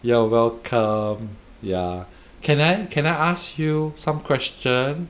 you are welcome ya can I can I ask you some question